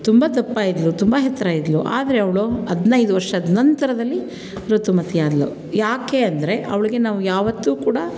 ತುಂಬ ದಪ್ಪ ಇದ್ದಳು ತುಂಬ ಎತ್ತರ ಇದ್ದಳು ಆದರೆ ಅವಳು ಹದಿನೈದು ವರ್ಷದ ನಂತರದಲ್ಲಿ ಋತುಮತಿಯಾದಳು ಯಾಕೆ ಅಂದರೆ ಅವ್ಳಿಗೆ ನಾವು ಯಾವತ್ತೂ ಕೂಡ